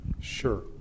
Sure